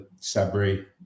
Sabri